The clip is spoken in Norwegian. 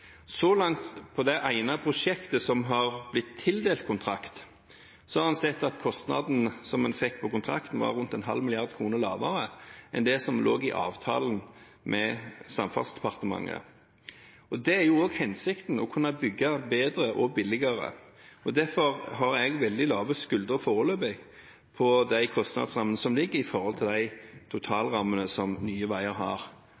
Så langt – på det ene prosjektet som har blitt tildelt kontrakt – har en sett at kostnaden en fikk på kontrakten, var rundt en halv milliard kroner lavere enn det som lå i avtalen med Samferdselsdepartementet. Det er jo også hensikten, å kunne bygge bedre og billigere. Derfor har jeg veldig lave skuldre, foreløpig, på de kostnadsrammene som ligger, i forhold til de totalrammene som Nye Veier har.